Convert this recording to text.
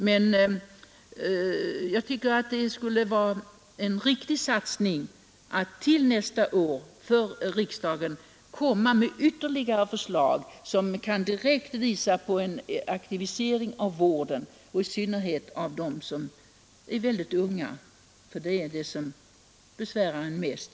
Men jag tycker att det skulle vara en riktig satsning att inför nästa års riksdag komma med ytterligare förslag som kan direkt visa på en aktivisering av vården, i synnerhet för de mycket unga som vi är mest bekymrade för. inträffat” eller ”man kan inte visa på någon dramatisk ökning av missbruket”.